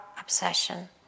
obsession